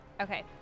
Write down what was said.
Okay